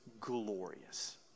glorious